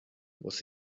was